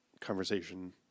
conversation